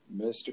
mr